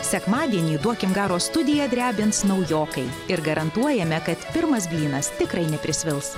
sekmadienį duokim garo studiją drebins naujokai ir garantuojame kad pirmas blynas tikrai neprisvils